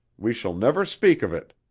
we shall never speak of it.